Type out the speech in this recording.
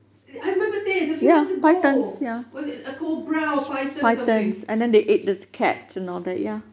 I remember this a few months ago was it a cobra or a python or something